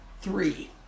three